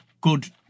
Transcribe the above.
good